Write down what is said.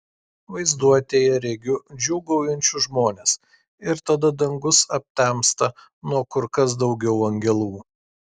vaizduotėje regiu džiūgaujančius žmones ir tada dangus aptemsta nuo kur kas daugiau angelų